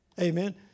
Amen